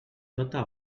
tota